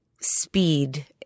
speed